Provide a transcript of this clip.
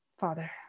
Father